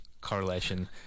correlation